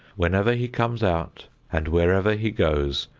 whenever he comes out and wherever he goes,